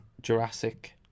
Jurassic